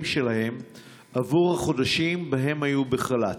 שלהם עבור החודשים שבהם הם היו בחל"ת.